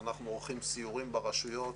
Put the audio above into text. אנחנו עורכים סיורים ברשויות,